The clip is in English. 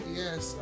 yes